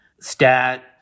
Stat